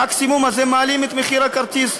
ומקסימום הם מעלים את מחיר הכרטיס,